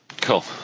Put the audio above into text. Cool